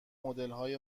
مدلهای